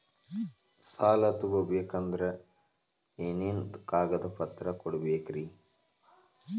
ಸಾಲ ತೊಗೋಬೇಕಂದ್ರ ಏನೇನ್ ಕಾಗದಪತ್ರ ಕೊಡಬೇಕ್ರಿ?